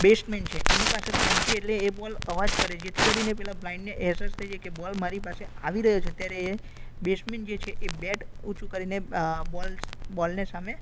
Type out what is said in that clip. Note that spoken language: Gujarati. બેટ્સમેન છે એની પાસે બોલ પહોંચે એટલે એ બોલ અવાજ કરે જેથી કરીને પેલા બ્લાઇન્ડને અહેસાસ થઈ જાય કે બોલ મારી પાસે આવી રહ્યો છે ત્યારે એ બેટ્સમેન જે છે એ બેટ ઉંચુ કરીને બોલ બોલને સામે